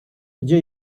gdzie